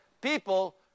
people